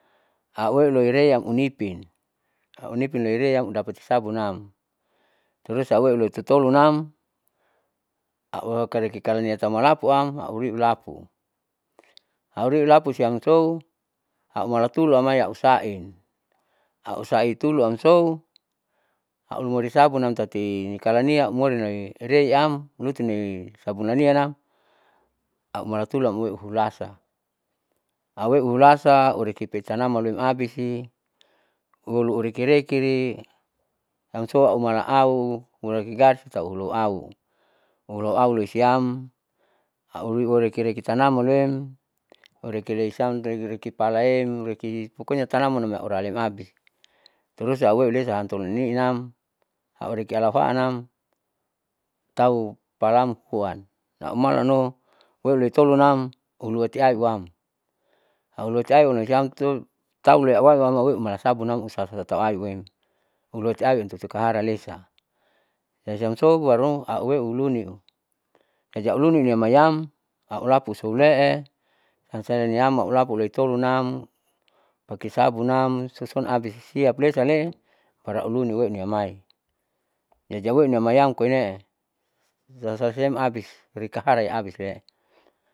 Auwe loire am inipin au nipin am loire dapati sabunam toulusa auwe lotu tolunam au kereke kalinia malapu am auri ulapu auri ulapu siam sou aumala tulu amai sa in ausaitu am sou aulumori sabunam tati nikali umori reiam luti sabun lanianam aumala tulu amoi hulasan auwe ulasa ureki petanaman uloin abisi olu ureke reke i sam sou mala au huleki garis tau ulo au ulo au loisiam au loi reke reke sanam olem urekelei siam palaem pokonya tanaman oralem abis turus auwelesa atoloni'inam aureke alahuanam tau palam huan aumalanuma huoi loitolonam uluati auham auloti aiunam siam tu tau lasabunam usa tau auem ulowoti au tutu kahara lesa sa siam sou baru auwe uharuma uluninu jadi au uluninu maiyam aulapu soule'e siam sala niam au lapu loitolo nam pake sabunam suson abis saip lesale'e baru auluni loi amai iya jauwe inamayam koinee hasasau siam abis hori kahara absile.